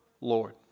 Lord